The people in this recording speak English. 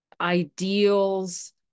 ideals